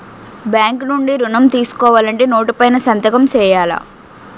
bank నుండి ఋణం తీసుకోవాలంటే నోటు పైన సంతకం సేయాల